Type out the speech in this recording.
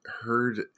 heard